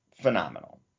phenomenal